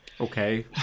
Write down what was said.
okay